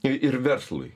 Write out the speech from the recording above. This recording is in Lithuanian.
i ir verslui